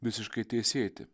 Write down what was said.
visiškai teisėti